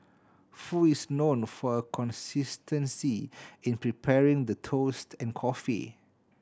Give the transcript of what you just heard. foo is known for her consistency in preparing the toast and coffee